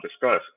discuss